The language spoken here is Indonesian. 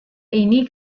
ini